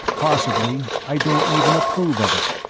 possibly i don't even approve of it,